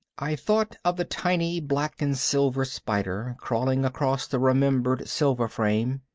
i thought of the tiny black-and-silver spider crawling across the remembered silver frame,